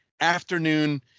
Afternoon